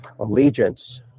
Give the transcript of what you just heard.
allegiance